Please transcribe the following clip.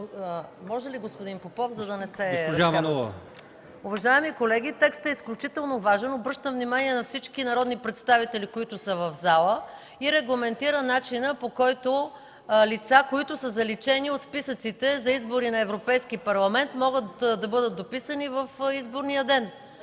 Уважаеми колеги, текстът е изключително важен. Обръщам внимание на всички народни представители, които са в залата. Той регламентира начина, по който лица, които са заличени от списъците за избори на Европейски парламент, могат да бъдат дописани в изборния ден